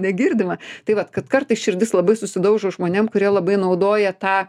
negirdima tai vat kad kartais širdis labai susidaužo žmonėm kurie labai naudoja tą